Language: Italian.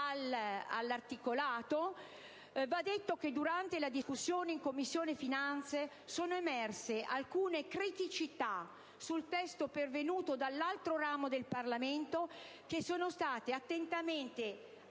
all'articolato, va detto che durante la discussione in Commissione finanze sono emerse alcune criticità sul testo pervenuto dall'altro ramo del Parlamento, che sono state attentamente